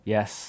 Yes